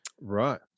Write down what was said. Right